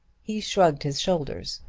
he shrugged his shoulders.